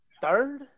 Third